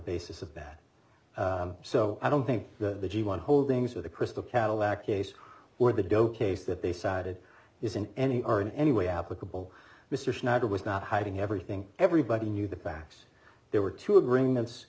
basis of that so i don't think the one holdings or the crystal cadillac case were the doe case that they sided is in any or in any way applicable mr schneider was not hiding everything everybody knew the facts there were two agreements